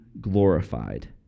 glorified